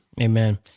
Amen